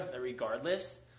regardless